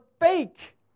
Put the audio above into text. fake